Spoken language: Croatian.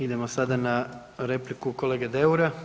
Idemo sada na repliku kolege Deura.